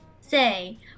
Say